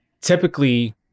typically